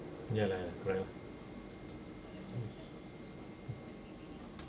ya lah correct lah mm